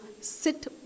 sit